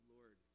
Lord